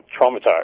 traumatized